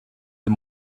the